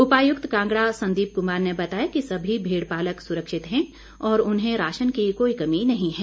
उपायुक्त कांगड़ा संदीप कुमार ने बताया कि सभी भेड़ पालक सुरक्षित है और उन्हें राशन की कोई कमी नहीं है